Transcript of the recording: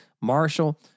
Marshall